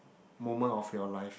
moment of your life